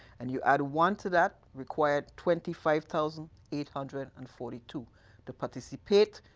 and you add one to that required twenty five thousand eight hundred and forty two to participate.